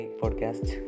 podcast